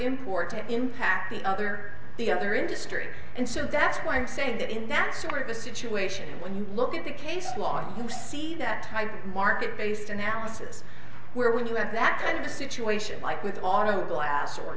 import to impact the other the other industry and so that's why i'm saying that in that sort of a situation when you look at the case law i see that market based analysis where when you have that kind of a situation like with auto glass or